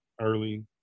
early